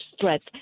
threats